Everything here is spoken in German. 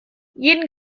jeden